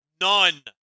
None